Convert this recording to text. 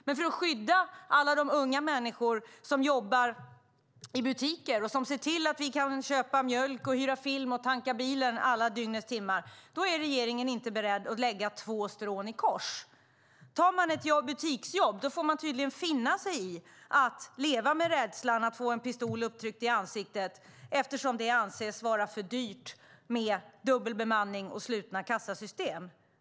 Men för att skydda alla de unga människor som jobbar i butiker och som ser till att vi kan köpa mjölk, hyra film och tanka bilen alla dygnets timmar är regeringen inte betedd att lägga två strån i kors. Tar man ett butiksjobb får man tydligen finna sig i att leva med rädslan att få en pistol upptryckt i ansiktet eftersom det anses vara för dyrt med dubbelbemanning och slutna kassasystem.